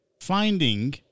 finding